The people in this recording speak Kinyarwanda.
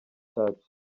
church